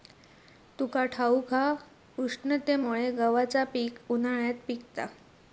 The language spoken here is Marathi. तुका ठाऊक हा, उष्णतेमुळे गव्हाचा पीक उन्हाळ्यात पिकता